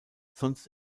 sonst